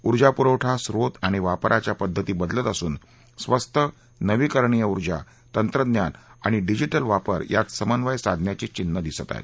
ऊर्जा पुरवठा स्रोत आणि वापराच्या पद्धती बदलत असून स्वस्त नवीकरणीय ऊर्जा तंत्रज्ञान आणि डिजिटल वापर यात समन्वय साधण्याची चिन्हे दिसत आहेत